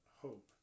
hope